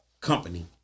company